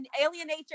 alienate